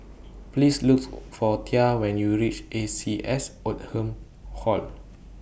Please looks For Tia when YOU REACH A C S Oldham Hall